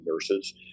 nurses